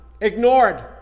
ignored